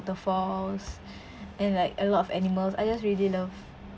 waterfalls and like a lot of animals I just really love